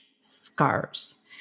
scars